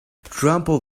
trample